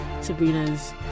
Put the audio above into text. Sabrina's